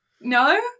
No